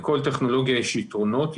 לכל טכנולוגיה יש יתרונות,